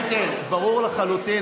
כן, כן, ברור לחלוטין.